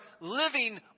living